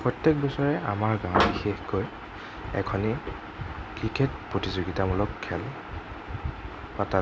প্ৰত্যেক বছৰে আমাৰ গাওঁত বিশেষকৈ এখনি ক্ৰিকেট প্ৰতিযোগিতামূলক খেল